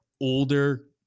older